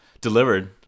delivered